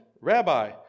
Rabbi